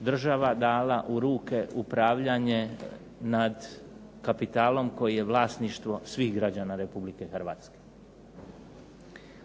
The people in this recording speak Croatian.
država dala u ruke upravljanje nad kapitalom koje je vlasništvo svih građana Republike Hrvatske.